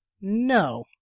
no